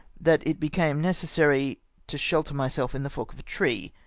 that it became necessary to shelter myself in the fork of a tree,